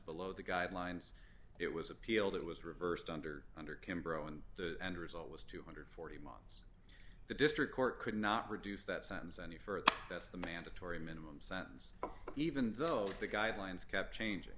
below the guidelines it was appealed it was reversed under under kimbrough and the end result was two hundred and forty months the district court could not produce that sentence and further that's the mandatory minimum sentence even though the guidelines kept changing